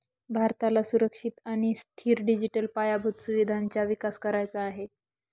भारताला सुरक्षित आणि स्थिर डिजिटल पायाभूत सुविधांचा विकास करायचा आहे